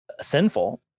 sinful